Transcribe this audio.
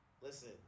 Listen